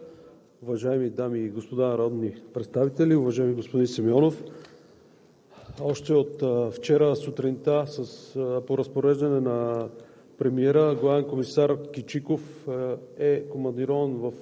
Благодаря, господин Председател. Уважаеми дами и господа народни представители! Уважаеми господин Симеонов, още от вчера сутринта по разпореждане на